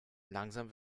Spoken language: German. langsam